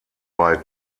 bei